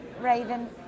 Raven